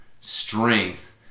strength